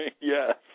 Yes